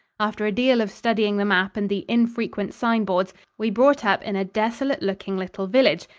after a deal of studying the map and the infrequent sign-boards we brought up in a desolate-looking little village,